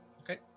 Okay